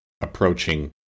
approaching